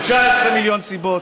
ו-18 מיליון סיבות,